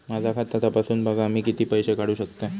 माझा खाता तपासून बघा मी किती पैशे काढू शकतय?